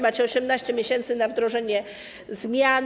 Macie 18 miesięcy na wdrożenie zmian.